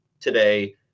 today